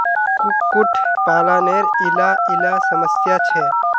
कुक्कुट पालानेर इला इला समस्या छे